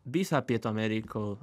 visą pietų ameriko